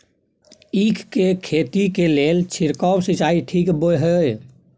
ईख के खेती के लेल छिरकाव सिंचाई ठीक बोय ह?